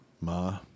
Ma